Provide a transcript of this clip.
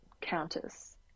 countess